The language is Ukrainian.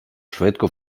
швидко